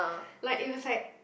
like it was like